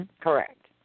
Correct